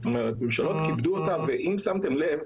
זאת אומרת, ממשלות כיבדו אותה ואם שמתם לב,